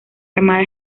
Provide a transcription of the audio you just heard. armada